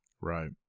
Right